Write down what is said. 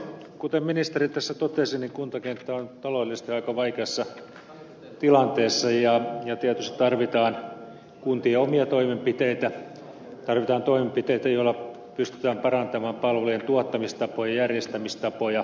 kuten ministeri tässä totesi niin kuntakenttä on taloudellisesti aika vaikeassa tilanteessa ja tietysti tarvitaan kuntien omia toimenpiteitä tarvitaan toimenpiteitä joilla pystytään parantamaan palvelujen tuottamistapoja ja järjestämistapoja